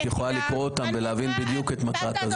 את יכולה לקרוא אותם ולהבין בדיוק את מטרת החוק,